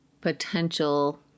potential